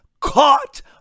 caught